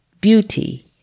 beauty